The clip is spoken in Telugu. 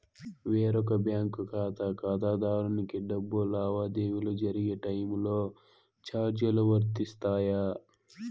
వేరొక బ్యాంకు ఖాతా ఖాతాదారునికి డబ్బు లావాదేవీలు జరిగే టైములో చార్జీలు వర్తిస్తాయా?